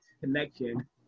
connection